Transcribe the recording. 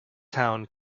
town